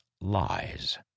lies